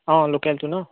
অঁ লোকেলটো ন